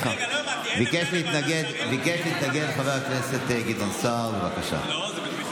ביקש להתנגד חבר הכנסת גדעון סער, בבקשה.